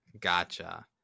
Gotcha